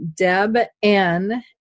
DebN